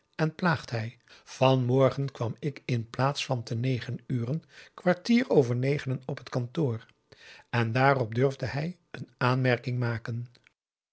en plaagt hij van morgen kwam ik in plaats van te negen uren kwartier over negenen op t kantoor en daarop durfde hij een aanmerking maken